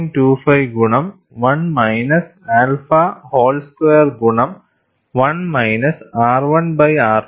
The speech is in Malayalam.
25 ഗുണം 1 മൈനസ് ആൽഫ ഹോൾ സ്ക്വയർ ഗുണം 1 മൈനസ് r1 ബൈ r2